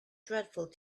dreadful